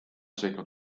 sõitnud